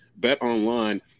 BetOnline